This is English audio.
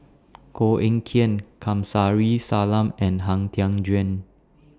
Koh Eng Kian Kamsari Salam and Han Tan Juan